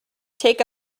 take